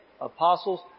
apostles